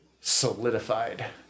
solidified